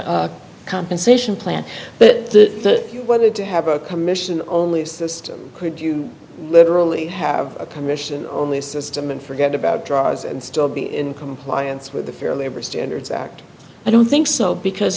of compensation plan that whether to have a commission only system could you literally have a commission only system and forget about draws and still be in compliance with the fair labor standards act i don't think so because